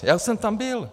Já už jsem tam byl.